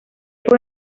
fue